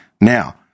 Now